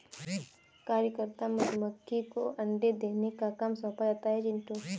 कार्यकर्ता मधुमक्खी को अंडे देने का काम सौंपा जाता है चिंटू